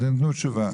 אתם תתנו תשובה.